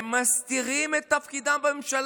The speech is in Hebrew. הם מסתירים את תפקידם בממשלה,